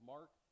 Mark